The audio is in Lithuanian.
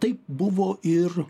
taip buvo ir